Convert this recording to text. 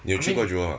你有去过 Jewel mah